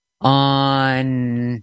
on